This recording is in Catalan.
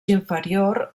inferior